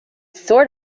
sort